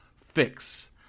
fix